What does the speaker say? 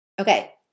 Okay